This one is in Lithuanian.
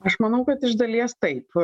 aš manau kad iš dalies taip